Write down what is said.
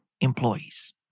employees